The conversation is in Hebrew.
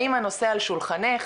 האם הנושא על שולחנך?